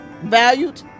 valued